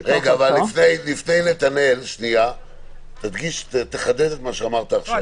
לפני נתנאל, תחדד את מה שאמרת עכשיו.